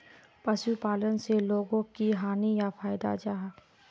पशुपालन से लोगोक की हानि या फायदा जाहा?